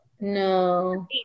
No